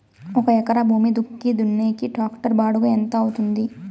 ఒక ఎకరా భూమి దుక్కి దున్నేకి టాక్టర్ బాడుగ ఎంత అవుతుంది?